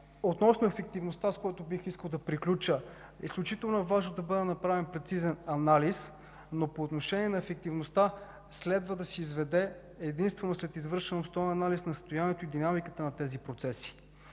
Относно ефективността, с което бих искал да приключа, изключително важно е да бъде направен прецизен анализ, но по отношение на ефективността следва да се изведе единствено след извършен основен анализ на състоянието и динамиката на тези процеси.